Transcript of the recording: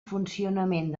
funcionament